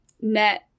net